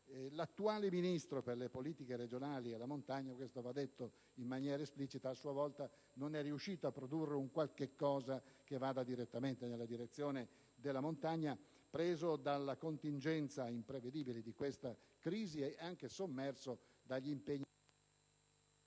L'attuale Ministro per le politiche regionali e la montagna - va detto in maniera esplicita - a sua volta non è riuscito a produrre alcun intervento che vada direttamente nella direzione della montagna, preso dalla contingenza imprevedibile di questa crisi e anche sommerso dagli impegni